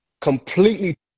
completely